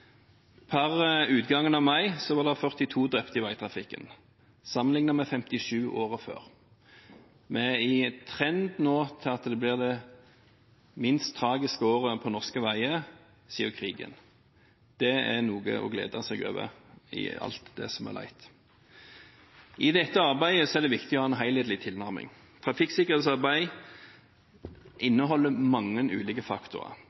Per utgangen av mai var det 42 drepte i veitrafikken, sammenlignet med 57 året før. Trenden nå viser at det blir det minst tragiske året på norske veier siden krigen. Det er noe å glede seg over i alt det som er leit. I dette arbeidet er det viktig å ha en helhetlig tilnærming. Trafikksikkerhetsarbeid inneholder mange ulike faktorer.